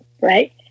right